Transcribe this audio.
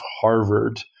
Harvard